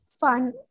fun